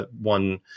one